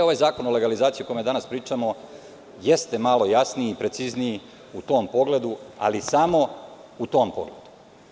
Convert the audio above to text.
Ovaj zakon o legalizaciji, o kome danas pričamo, jeste malo jasniji i precizniji u tom pogledu, ali samo u tom pogledu.